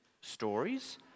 stories